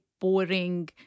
boring